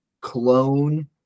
clone